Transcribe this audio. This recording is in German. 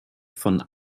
von